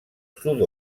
sud